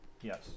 Yes